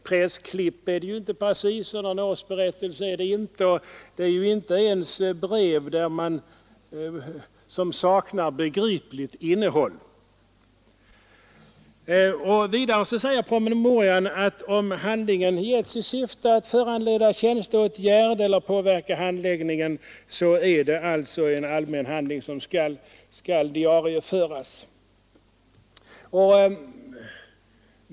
Pressklipp är det inte, någon årsberättelse är det inte, och det är inte ens brev som saknar begripligt innehåll. Vidare säger promemorian att om ”handlingen getts in i syfte att föranleda tjänsteåtgärd eller att påverka handläggningen eller avgörandet av ett ärende”, är det en allmän handling som skall diarieföras.